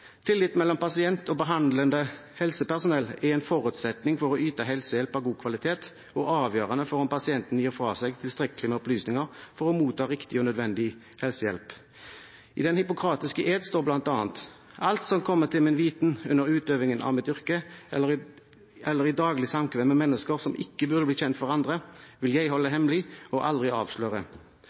Tillit mellom pasient og behandlende helsepersonell er en forutsetning for å yte helsehjelp av god kvalitet og avgjørende for om pasienten gir fra seg tilstrekkelig med opplysninger for å motta riktig og nødvendig helsehjelp. I Den hippokratiske ed står det bl.a.: «Alt som kommer til min viten under utøvingen av mitt yrke eller i daglig samkvem med mennesker, som ikke burde bli kjent for andre, vil jeg holde hemmelig og aldri avsløre.»